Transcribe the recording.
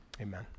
amen